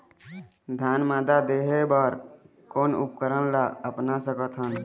धान मादा देहे बर कोन उपकरण ला अपना सकथन?